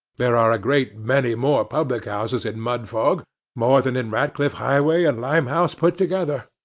there are a great many more public houses in mudfog more than in ratcliff highway and limehouse put together.